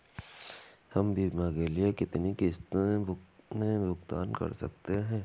हम बीमा के लिए कितनी किश्तों में भुगतान कर सकते हैं?